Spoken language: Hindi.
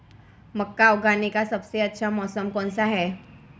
मक्का उगाने का सबसे अच्छा मौसम कौनसा है?